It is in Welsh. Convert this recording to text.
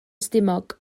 stumog